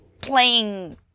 playing